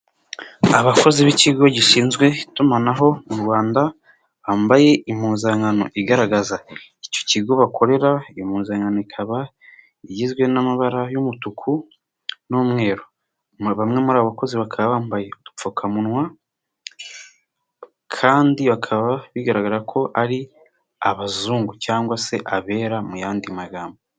Abakozi b'ikigo gishinzwe itumanaho mu Rwanda bambaye impuzankano igaragaza icyo kigo bakorera, impuzankano ikaba igizwe n'amabara y'umutuku n'umweru, bamwe muri abakozi bakaba bambaye udupfukamunwa kandi bakaba bigaragara ko ari abazungu cyangwa se abera mu yandi magambo.